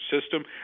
system